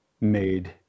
made